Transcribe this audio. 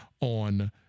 on